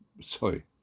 Sorry